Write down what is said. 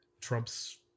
trump's